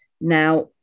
now